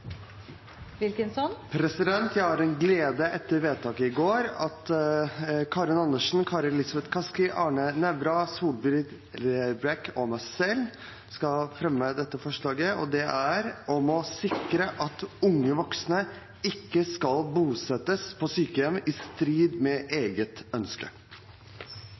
Wilkinson vil fremsette et representantforslag. Jeg har den glede etter vedtaket i går på vegne av stortingsrepresentantene Karin Andersen, Kari Elisabeth Kaski, Arne Nævra, Solfrid Lerbrekk og meg selv å fremme forslag om å sikre at personer 0–49 år ikke skal bosettes på sykehjem i strid med eget ønske.